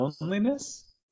Loneliness